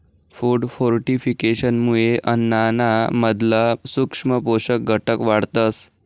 food फोर्टिफिकेशनमुये अन्नाना मधला सूक्ष्म पोषक घटक वाढतस